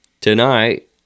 tonight